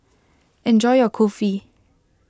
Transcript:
enjoy your Kulfi